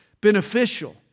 beneficial